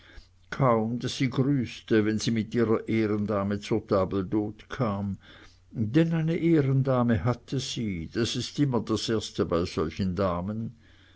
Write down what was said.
kaum daß sie grüßte wenn sie mit ihrer ehrendame zur table d'hte kam denn eine ehrendame hatte sie das ist immer das erste bei solchen damen